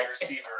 receiver